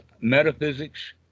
metaphysics